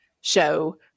show